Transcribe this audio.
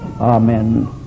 Amen